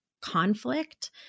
conflict